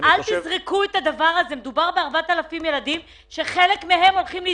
זה רק לגבי אלה שמתחת ל-20 מיליון שקלים?